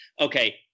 okay –